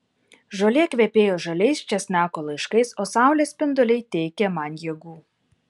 žolė kvepėjo žaliais česnako laiškais o saulės spinduliai teikė man jėgų